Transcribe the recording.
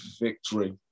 victory